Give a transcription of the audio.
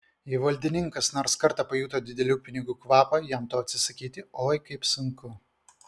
jei valdininkas nors kartą pajuto didelių pinigų kvapą jam to atsisakyti oi kaip sunku